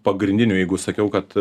pagrindinių jeigu sakiau kad